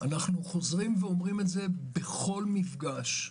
אנחנו חוזרים ואומרים את זה בכל מפגש: